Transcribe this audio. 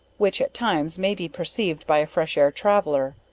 which at times, may be perceived by a fresh air traveller.